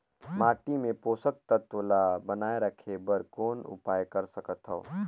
माटी मे पोषक तत्व ल बनाय राखे बर कौन उपाय कर सकथव?